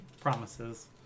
promises